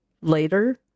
later